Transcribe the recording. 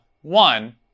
One